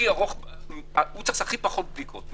וצריך הכי פחות בדיקות.